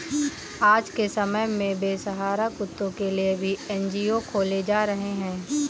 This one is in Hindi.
आज के समय में बेसहारा कुत्तों के लिए भी एन.जी.ओ खोले जा रहे हैं